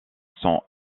sont